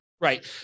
Right